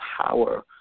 power